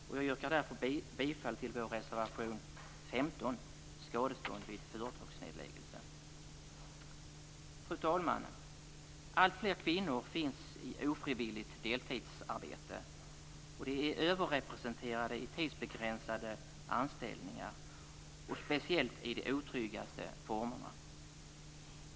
Jag yrkar därför bifall till vår reservation 15 om skadestånd vid företagsnedläggelse. Fru talman! Alltfler kvinnor finns i ofrivilligt deltidsarbete. De är överrepresenterade i tidsbegränsade anställningar, speciellt i de otryggaste formerna.